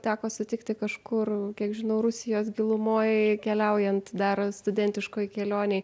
teko susitikti kažkur kiek žinau rusijos gilumoj keliaujant dar studentiškoj kelionėj